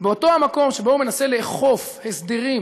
באותו מקום שבו הוא מנסה לאכוף הסדרים